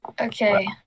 Okay